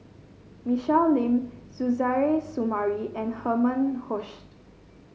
Michelle Lim Suzairhe Sumari and Herman Hochstadt